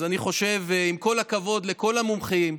אז אני חושב, עם כל הכבוד לכל המומחים,